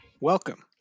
Welcome